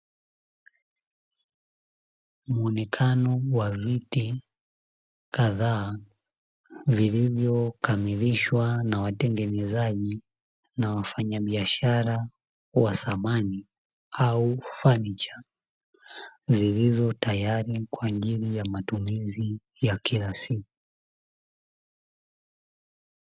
Muonekano wa viti kadhaa, vilivyo kamilishwa na watengenezaji na wafanyabiashara wa samani au fanicha. Zilizo tayari kwa ajili ya matumizi ya kila siku.